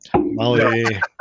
Molly